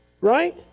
right